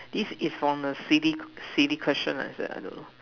this is from A C D C D question I swear I don't know